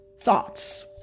thoughts